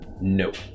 Nope